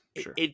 sure